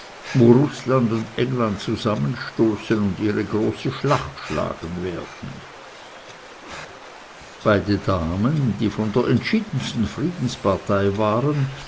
wo rußland und england zusammenstoßen und ihre große schlacht schlagen werden beide damen die von der entschiedensten friedenspartei waren